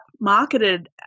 marketed